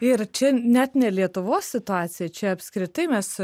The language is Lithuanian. ir čia net ne lietuvos situacija čia apskritai mes